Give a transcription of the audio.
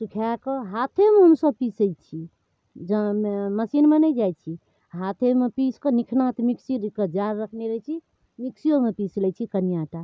सुखाकऽ हाथेमे हमसभ पिसै छी जहन मशीनमे नहि जाइ छी हाथेमे पीसिकऽ निकनाथ मिक्सीके जार रखने रहै छी मिक्सिओमे पीसि लै छी कनिए आटा